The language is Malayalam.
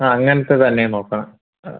ആ അങ്ങനത്തെ തന്നെയാണ് നോക്കണത് ആ